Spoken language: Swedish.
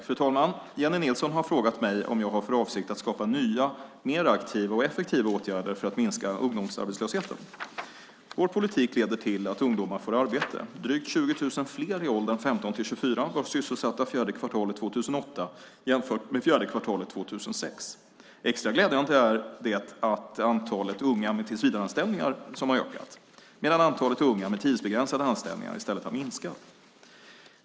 Fru talman! Jennie Nilsson har frågat mig om jag har för avsikt att skapa nya, mer aktiva och effektiva åtgärder för att minska ungdomsarbetslösheten. Vår politik leder till att ungdomar får arbete: drygt 20 000 fler i åldern 15-24 år var sysselsatta fjärde kvartalet 2008 jämfört med fjärde kvartalet 2006. Extra glädjande är det att det är antalet unga med tillsvidareanställningar som har ökat, medan antalet unga med tidsbegränsade anställningar i stället har minskat.